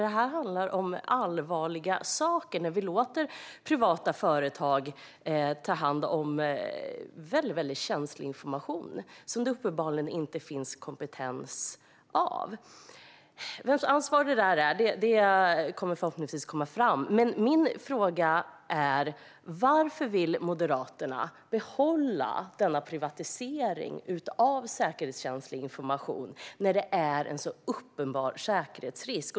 Det handlar om allvarliga saker när vi låter privata företag ta hand om väldigt känslig information, vilket det uppenbarligen inte finns kompetens för. Vems ansvar detta är kommer förhoppningsvis att komma fram, men min fråga är: Varför vill Moderaterna behålla denna privatisering av säkerhetskänslig information när det är en så uppenbar säkerhetsrisk?